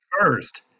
first